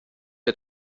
der